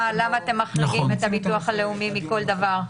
הם מחריגים את הביטוח הלאומי מכל דבר.